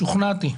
שוכנעתי.